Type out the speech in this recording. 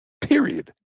period